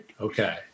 Okay